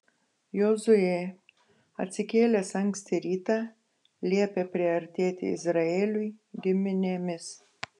jozuė atsikėlęs anksti rytą liepė priartėti izraeliui giminėmis